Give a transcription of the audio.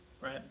right